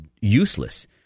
useless